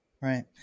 right